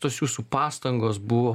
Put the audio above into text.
tos jūsų pastangos buvo